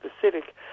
Pacific